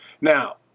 Now